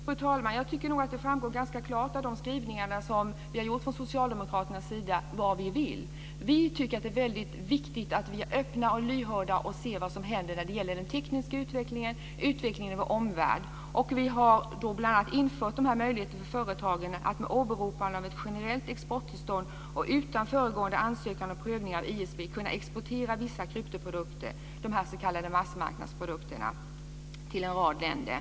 Fru talman! Jag tycker nog att det framgår ganska klart av de skrivningar som vi från socialdemokraterna har gjort vad vi vill. Vi tycker att det är väldigt viktigt att vi är öppna och lyhörda och ser vad som händer när det gäller den tekniska utvecklingen och utvecklingen i vår omvärld. Vi har bl.a. infört möjligheter för företagen att med åberopande av ett generellt exporttillstånd och utan föregående ansökan och prövningar av ISP kunna exportera vissa kryptoprodukter, de s.k. massmarknadsprodukterna till en rad länder.